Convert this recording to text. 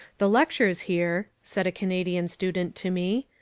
the lectures here, said a canadian student to me,